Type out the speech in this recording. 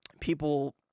people